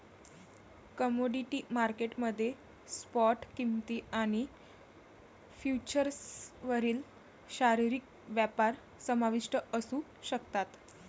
commodity market मध्ये spot किंमती आणि फ्युचर्सवरील शारीरिक व्यापार समाविष्ट असू शकतात